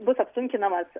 bus apsunkinamas